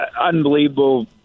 unbelievable